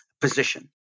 position